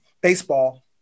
baseball